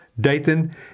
Dathan